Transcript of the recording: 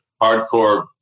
hardcore